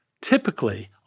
Typically